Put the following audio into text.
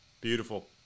Beautiful